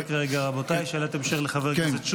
רק רגע, רבותיי, שאלת המשך לחבר הכנסת שוסטר.